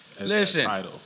Listen